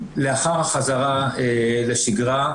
לאחר החזרה לשגרה,